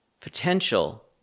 potential